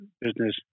business